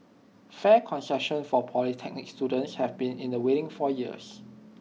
fare concessions for polytechnic students have been in the waiting for years